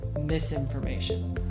misinformation